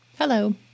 Hello